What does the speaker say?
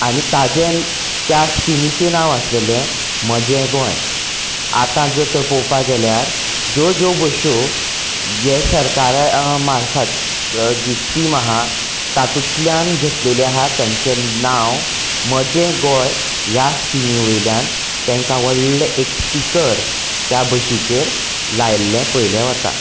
आनी ताचे आनी त्या स्किमीचें नांव आशिल्लें म्हजें गोंय आतां जर तर पळोवपाक गेल्यार ज्यो ज्यो बसी ह्या सरकारा मार्फत जी स्कीम आसा तातुंतल्यान घेतल्या ताचें नांव म्हजें गोंय ह्या स्किमी वयल्यान तेंकां व्हडलें एक स्टिकर त्या बशीचेर लायल्लें पयलें वता